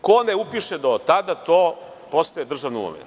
Ko ne upiše do tada, to postaje državna imovina.